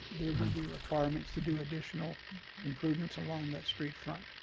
there will be requirements to do additional improvements along that street front